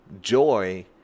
joy